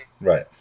right